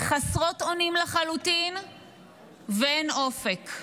חסרות אונים לחלוטין ואין אופק.